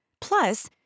Plus